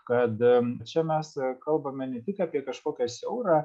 kad čia mes kalbame ne tik apie kažkokią siaurą